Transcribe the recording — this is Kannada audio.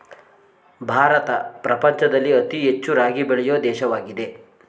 ಭಾರತ ಪ್ರಪಂಚದಲ್ಲಿ ಅತಿ ಹೆಚ್ಚು ರಾಗಿ ಬೆಳೆಯೊ ದೇಶವಾಗಿದೆ